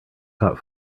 caught